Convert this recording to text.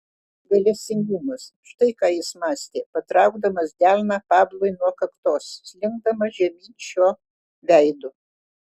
gailestingumas štai ką jis mąstė patraukdamas delną pablui nuo kaktos slinkdamas žemyn šio veidu